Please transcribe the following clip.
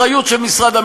חשיבות של הנראות,